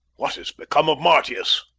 what is become of marcius?